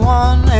one